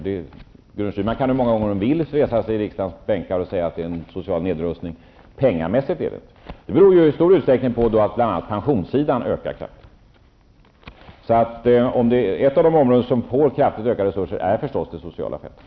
Gudrun Schyman kan resa sig hur många gånger hon vill i riksdagens bänkar och hävda att det pågår en social nedrustning. Pengamässigt är det inte så. Det beror i stor utsträckning på att utgifterna på pensionssidan ökar kraftigt. Ett av de områden som får kraftigt ökade resurser är förstås det sociala fältet.